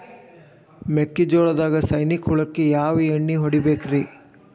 ಮೆಕ್ಕಿಜೋಳದಾಗ ಸೈನಿಕ ಹುಳಕ್ಕ ಯಾವ ಎಣ್ಣಿ ಹೊಡಿಬೇಕ್ರೇ?